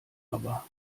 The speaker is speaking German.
aber